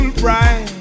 bright